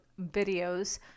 videos